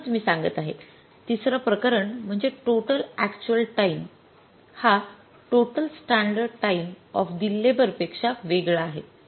म्हणूनच मी सांगत आहे तिसरा प्रकरण म्हणजे टोटल अॅक्च्युअल टाईम हा total standard time of the labour पेक्षा वेगळा आहे